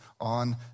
on